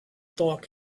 thought